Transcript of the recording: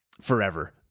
Forever